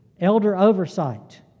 elder-oversight